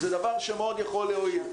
זה דבר שיכול מאוד להועיל,